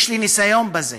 יש לי ניסיון בזה.